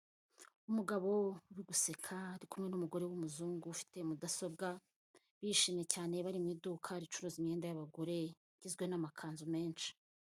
Umugabo uri guseka ari kumwe n'umugore w'umuzungu ufite mudasobwa bishimye cyane bari mu iduka ricuruza imyenda y'abagore igizwe n'amakanzu menshi.